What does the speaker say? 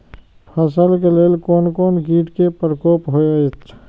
फसल के लेल कोन कोन किट के प्रकोप होयत अछि?